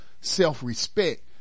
self-respect